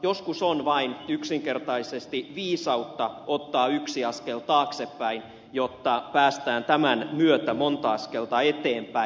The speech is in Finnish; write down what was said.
joskus on vain yksinkertaisesti viisautta ottaa yksi askel taaksepäin jotta päästään tämän myötä monta askelta eteenpäin